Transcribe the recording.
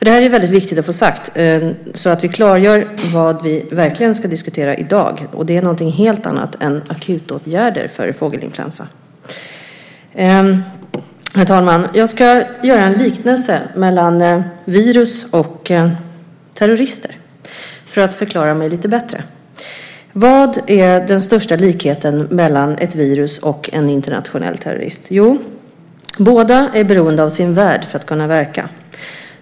Det är väldigt viktigt att få detta sagt så att vi klargör vad vi verkligen ska diskutera i dag, och det är någonting helt annat än akutåtgärder mot fågelinfluensan. Herr talman! Jag ska göra en liknelse mellan virus och terrorister för att förklara mig lite bättre. Vad är den största likheten mellan ett virus och en internationell terrorist? Jo, båda är beroende av sin värd för att kunna verka.